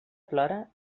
plora